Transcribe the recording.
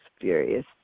furious